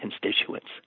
constituents